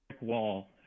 wall